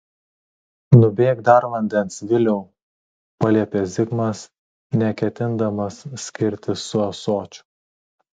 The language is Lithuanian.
nubėk dar vandens viliau paliepė zigmas neketindamas skirtis su ąsočiu